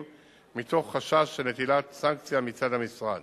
מתוך חשש של נקיטת סנקציה מצד המשרד.